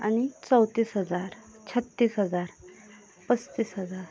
आणि चौतीस हजार छत्तीस हजार पस्तीस हजार